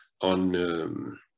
on